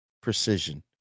precision